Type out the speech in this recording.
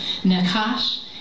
Nakash